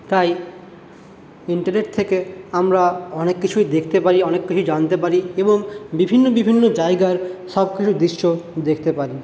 তাই ইন্টারনেট থেকে আমরা অনেক কিছুই দেখতে পারি অনেক কিছু জানতে পারি এবং বিভিন্ন বিভিন্ন জায়গার সব কিছু দৃশ্য দেখতে পারি